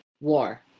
war